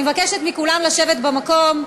אני מבקשת מכולם לשבת במקום.